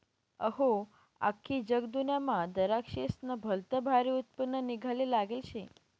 अहो, आख्खी जगदुन्यामा दराक्शेस्नं भलतं भारी उत्पन्न निंघाले लागेल शे